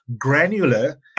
granular